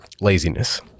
laziness